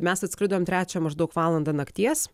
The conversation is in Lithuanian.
mes atskridom trečią maždaug valandą nakties